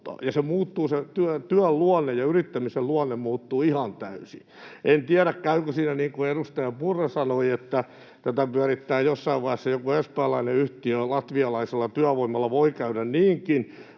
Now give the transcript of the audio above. Sen työn ja yrittämisen luonne muuttuu ihan täysin. En tiedä, käykö siinä niin kuin edustaja Purra sanoi, että tätä pyörittää jossain vaiheessa joku espoolainen yhtiö latvialaisella työvoimalla. Voi käydä niinkin,